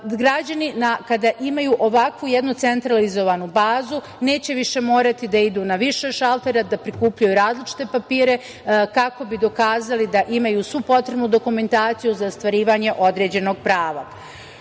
upravom. Građani kada imaju ovakvu jednu centralizovanu bazu neće više morati da idu na više šaltera da prikupljaju različite papire kako bi dokazali da imaju svu potrebnu dokumentaciju za ostvarivanje određenog prava. Što